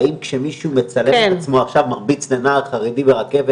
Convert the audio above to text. האם כאשר מישהו מצלם את עצמו מרביץ לנער חרדי ברכבת,